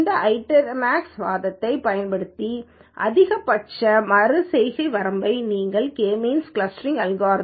இந்த itermax வாதத்தைப் பயன்படுத்தி அதிகபட்ச மறு செய்கை வரம்பை நீங்கள் அமைக்கலாம்